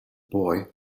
boy